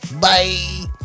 Bye